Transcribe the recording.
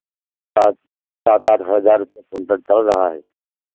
सात सात आठ हज़ार रुपैया क्विंटल चल रहा है